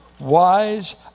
wise